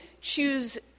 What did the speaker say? choose